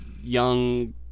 young